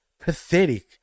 Pathetic